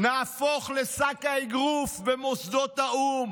נהפוך לשק האגרוף במוסדות האו"ם.